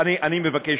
אני מבקש,